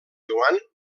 joan